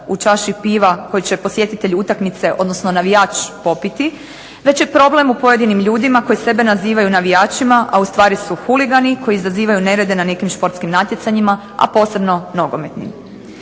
u čaši piva koju će posjetitelji utakmice, odnosno navijač popiti, već je problem u pojedinim ljudima koji sebe nazivaju navijačima a ustvari su huligani koji izazivaju nerede na nekim športskim natjecanjima, a posebno nogometnim.